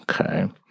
Okay